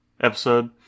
episode